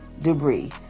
debris